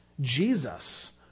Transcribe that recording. Jesus